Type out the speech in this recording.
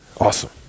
Awesome